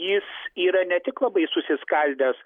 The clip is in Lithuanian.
jis yra ne tik labai susiskaldęs